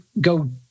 go